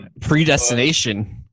Predestination